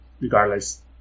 regardless